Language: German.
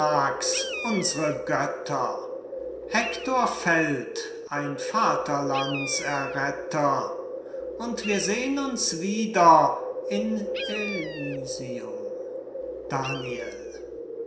uns're götter hektor fällt ein vaterlands erretter und wir seh'n uns wieder im elysium daniel